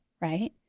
right